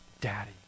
daddy